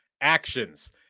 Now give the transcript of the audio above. Actions